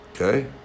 Okay